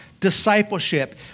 discipleship